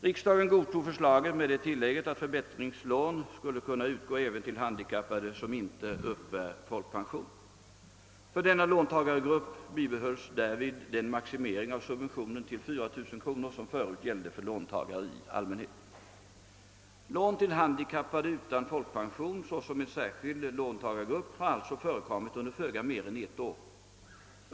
Riksdagen godtog förslaget med det tillägget att förbättringslån skulle kunna utgå även till handikappade som inte uppbär folkpension. För denna låntagargrupp bibehölls därvid den maximering av subventionen till 4 000 kronor som förut gällde för låntagare i allmänhet. Lån till handikappade utan folkpension såsom en särskild låntagargrupp har alltså förekommit under föga mer än ett år.